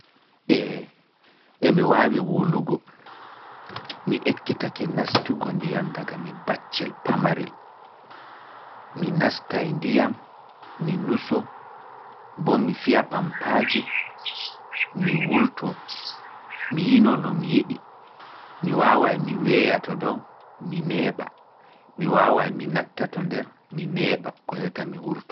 Eey e mi waawi wulugo, mi ekkitake nastugo ndiyam daga mi baccel pamarel. Mi nastay ndiyam, mi nusoo boo mi fiya pampaaji mi wurtoo mi yinoo no mi yiɗi, mi waaway mi weeya to dow, mi neeɓa, mi waaway mi natta to nder mi neeɓa ko heewta mi wurtoo.